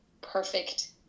perfect